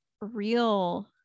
real